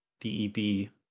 D-E-B